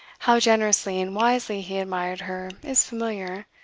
how generously and wisely he admired her is familiar,